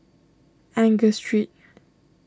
Angus Street